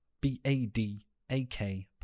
B-A-D-A-K